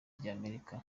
ry’amerika